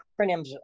acronyms